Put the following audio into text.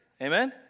Amen